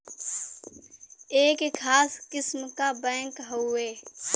एक खास किस्म क बैंक हउवे